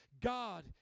God